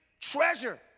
treasure